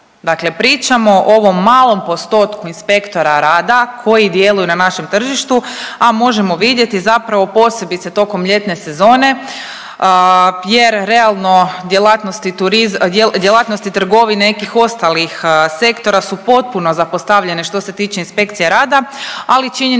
dakle pričamo o ovom malom postotku inspektora rada koji djeluju na našem tržištu, a možemo vidjeti zapravo posebice tokom ljetne sezone …/Govornik se ne razumije/…realno djelatnosti turizma, djelatnosti trgovine nekih ostalih sektora su potpuno zapostavljene što se tiče inspekcije rada, ali činjenica